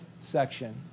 section